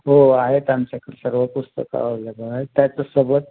हो आहेत आमच्याकडे सर्व पुस्तकं अववेलेबल आहेत त्याच्यासोबत